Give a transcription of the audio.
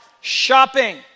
shopping